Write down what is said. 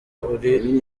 uri